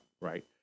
right